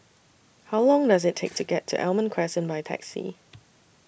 How Long Does IT Take to get to Almond Crescent By Taxi